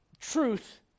truth